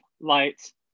lights